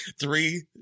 three